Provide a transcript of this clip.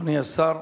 אדוני השר